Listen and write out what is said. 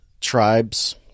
tribes